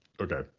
Okay